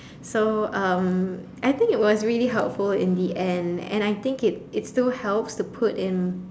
so um I think it was really helpful in the end and I think it it still helps to put in